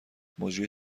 مجری